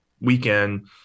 weekend